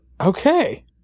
Okay